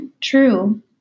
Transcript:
true